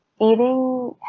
eating